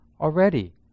already